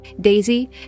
Daisy